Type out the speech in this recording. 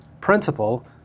principle